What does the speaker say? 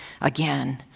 again